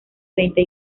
treinta